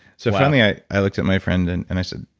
so finally, i i looked at my friend and and i said,